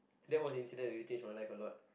that was an incident that changed my life a lot